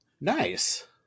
Nice